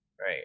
right